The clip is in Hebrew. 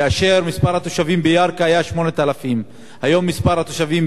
כאשר מספר התושבים בירכא היה 8,000. היום מספר התושבים